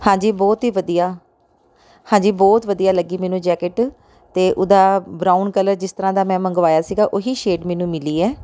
ਹਾਂਜੀ ਬਹੁਤ ਹੀ ਵਧੀਆ ਹਾਂਜੀ ਬਹੁਤ ਵਧੀਆ ਲੱਗੀ ਮੈਨੂੰ ਜੈਕਟ ਅਤੇ ਉਹਦਾ ਬਰਾਊਨ ਕਲਰ ਜਿਸ ਤਰ੍ਹਾਂ ਦਾ ਮੈਂ ਮੰਗਵਾਇਆ ਸੀਗਾ ਉਹੀ ਸ਼ੇਡ ਮੈਨੂੰ ਮਿਲੀ ਹੈ